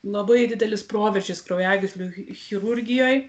labai didelis proveržis kraujagyslių chirurgijoj